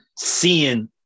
seeing